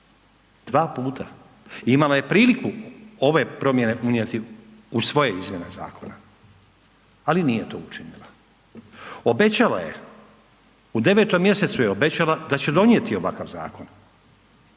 Dva puta. Imala je priliku ove promjene unijeti u svoje izmjene zakona, ali nije to učinila. Obećala je, u 9. mjesecu je obećala da će donijeti ovakav zakon,